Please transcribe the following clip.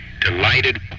delighted